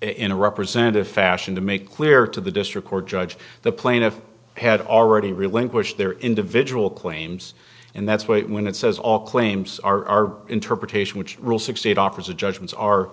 in a representative fashion to make clear to the district court judge the plaintiff had already relinquished their individual claims and that's why when it says all claims are interpretation which rule sixty eight offers of judgments are